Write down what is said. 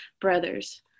brothers